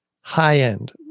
high-end